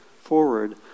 forward